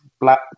black